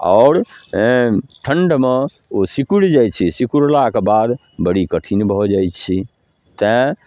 आओर हेँ ठण्डमे ओ सिकुड़ि जाइ छै सिकुड़लाके बाद बड़ी कठिन भऽ जाइ छै तेँ